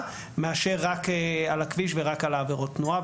מאשר רק על הכביש ורק על העבירות תנועה,